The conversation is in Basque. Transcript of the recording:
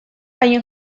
haien